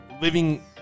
living